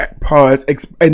pause